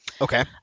Okay